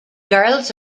girls